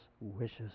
wishes